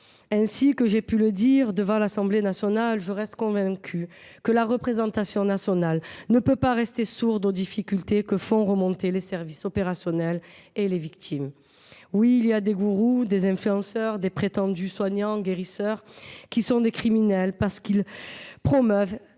Comme je l’ai dit devant l’Assemblée nationale, je reste convaincue que la représentation nationale ne peut pas rester sourde aux difficultés que font remonter les services opérationnels et les victimes. Oui, il y a des gourous, des influenceurs, des prétendus soignants et guérisseurs qui sont des criminels, parce qu’ils promeuvent